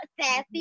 sassy